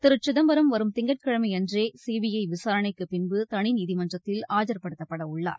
திரு சிதம்பரம் வரும் திங்கட்கிழமையன்றே சிபிஐ விசாரணைக்கு பின்பு தனி நீதிமன்றத்தில் ஆஜர்படுத்தப்படவுள்ளார்